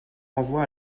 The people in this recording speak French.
renvoie